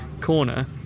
corner